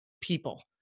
people